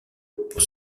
pour